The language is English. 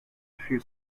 few